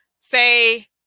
say